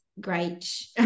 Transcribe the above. great